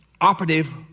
operative